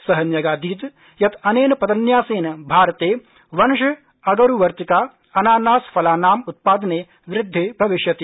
स न्यगादीत् यत् अनेन पदन्यासेन भारते वंश अगरूवर्तिका अनानासफलानाम् उत्पादने वृद्धि भविष्यति